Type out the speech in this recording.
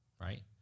right